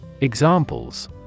Examples